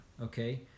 okay